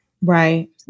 Right